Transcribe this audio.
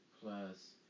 plus